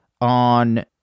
on